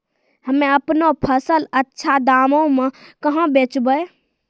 हम्मे आपनौ फसल अच्छा दामों मे कहाँ बेचबै?